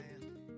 man